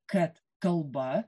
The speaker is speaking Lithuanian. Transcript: kad kalba